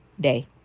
day